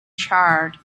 charred